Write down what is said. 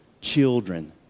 children